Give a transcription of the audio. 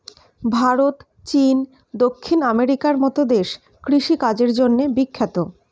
ভারত, চীন, দক্ষিণ আমেরিকার মতো দেশ কৃষি কাজের জন্যে বিখ্যাত